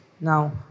now